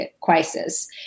crisis